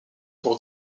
pour